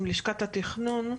עם לשכת התכנון.